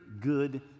good